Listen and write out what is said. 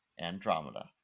Andromeda